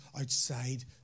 outside